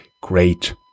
great